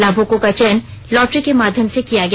लाभुकों का चयन लॉटरी के माध्यम से किया गया